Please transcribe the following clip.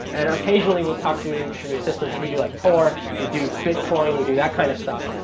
and occasionally, we'll talk to distributed systems and we do like tor, we do bitcoin, we do that kind of stuff.